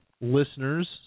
listeners